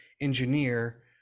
engineer